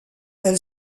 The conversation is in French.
elle